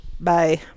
bye